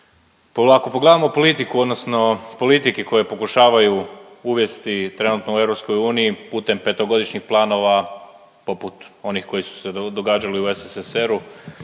Ako pogledamo politiku odnosno politike koje pokušavaju uvesti trenutno u EU putem petogodišnjih planova poput onih koji su se događali u SSSR-u.